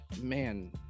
man